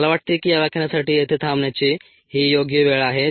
मला वाटते की या व्याख्यानासाठी येथे थांबण्याची ही योग्य वेळ आहे